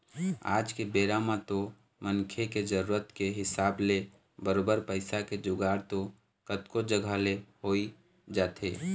आज के बेरा म तो मनखे के जरुरत के हिसाब ले बरोबर पइसा के जुगाड़ तो कतको जघा ले होइ जाथे